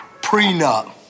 Prenup